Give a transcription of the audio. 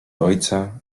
ojca